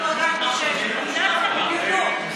השר ביטון,